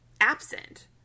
absent